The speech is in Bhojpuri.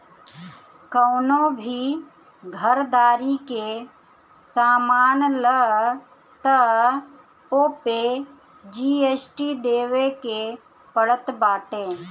कवनो भी घरदारी के सामान लअ तअ ओपे जी.एस.टी देवे के पड़त बाटे